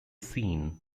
scene